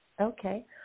Okay